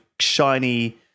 shiny